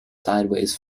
sideways